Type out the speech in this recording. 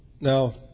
now